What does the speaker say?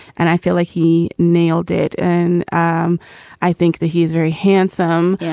and i feel like he nailed it. and um i think that he's very handsome. yeah,